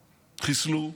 חיסלו,